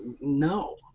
no